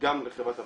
גם לחברת הבקרה,